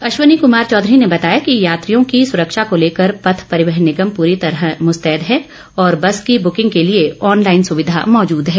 अश्वनी कुमार चौधरी ने बताया कि यात्रियों की सुरक्षा को लेकर पथ परिवहन निगम पूरी तरह मुस्तैद है और बस की बुकिंग के लिए ऑनलाईन सुविधा मौजूद है